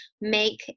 make